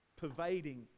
pervading